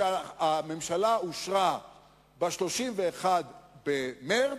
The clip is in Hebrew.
שהממשלה אושרה ב-31 במרס,